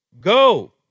Go